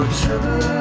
trouble